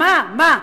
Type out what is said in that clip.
מה, מה?